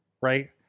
Right